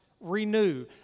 Renew